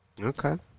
Okay